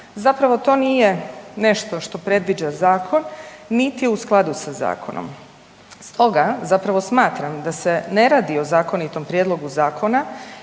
Zapravo to nije nešto što predviđa zakona niti je u skladu sa zakonom. Stoga zapravo smatram da se ne radi o zakonitom prijedlogu zakona